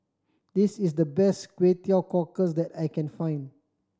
this is the best Kway Teow Cockles that I can find